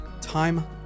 time